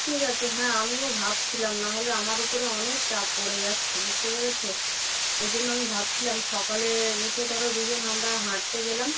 ঠিক আছে হ্যাঁ আমিও ভাবছিলাম না হলে আমার উপরে অনেক চাপ পড়ে যাচ্ছে বুঝতে পেরেছ ওই জন্য আমি ভাবছিলাম সকালে উঠে ধরো দুজন আমরা হাঁটতে গেলাম